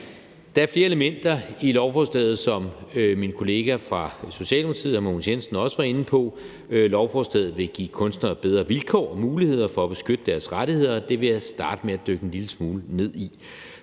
Der er flere elementer i lovforslaget, som min kollega fra Socialdemokratiet hr. Mogens Jensen også var inde på. Lovforslaget vil give kunstnere bedre vilkår og muligheder for at beskytte deres rettigheder. Det vil jeg starte med at dykke en lille smule ned i.